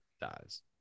dies